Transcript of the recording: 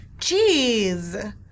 Jeez